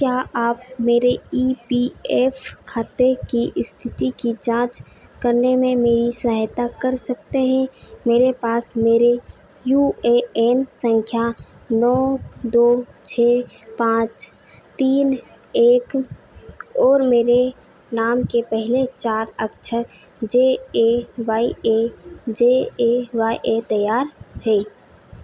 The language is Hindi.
क्या आप मेरे ई पी एफ खाते की इस्थिति की जाँच करने में मेरी सहायता कर सकते हैं मेरे पास मेरे यू ए एन सँख्या नौ दो छह पाँच तीन एक और मेरे नाम के पहले चार अक्षर J A Y A J A Y A तैयार है